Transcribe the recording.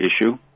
issue